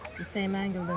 the same angle